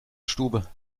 stube